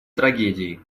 трагедией